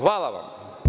Hvala vam.